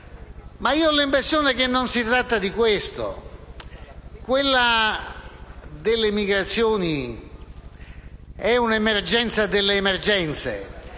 ma io ho l'impressione che non si tratti di questo. Quella delle migrazioni è un'emergenza delle emergenze.